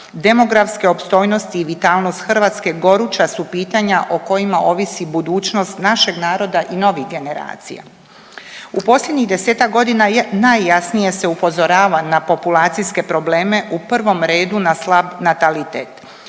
demografske opstojnosti i vitalnost Hrvatske goruća su pitanja o kojima ovisi budućnost našeg naroda i novih generacija. U posljednjih 10-ak godina najjasnije se upozorava na populacijske probleme u prvom redu na slab natalitet,